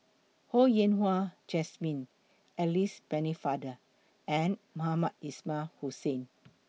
Ho Yen Wah Jesmine Alice Pennefather and Mohamed Ismail Hussain